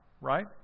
right